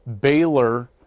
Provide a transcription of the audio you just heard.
Baylor